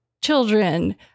children